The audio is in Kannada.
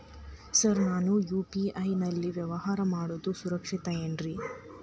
ಸರ್ ನಾನು ಯು.ಪಿ.ಐ ನಲ್ಲಿ ವ್ಯವಹಾರ ಮಾಡೋದು ಸುರಕ್ಷಿತ ಏನ್ರಿ?